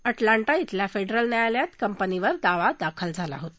Atlanta खिल्या federal न्यायालयात कंपनीवर दावा दाखल झाला होता